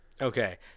Okay